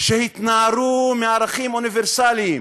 שהתנערו מערכים אוניברסליים,